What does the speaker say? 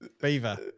beaver